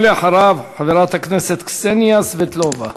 ואחריו, חברת הכנסת קסניה סבטלובה.